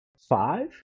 five